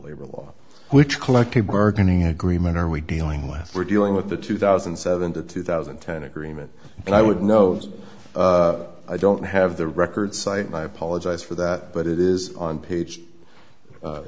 labor law which collective bargaining agreement are we dealing with we're dealing with the two thousand and seven to two thousand and ten agreement and i would notice i don't have the record site and i apologize for that but it is on page